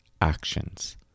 actions